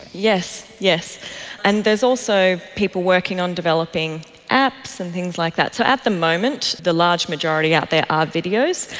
yes. and there is also people working on developing apps and things like that. so at the moment the large majority out there are videos,